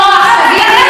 תגידי.